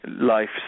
life